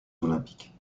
olympiques